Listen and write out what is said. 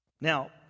Now